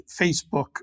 Facebook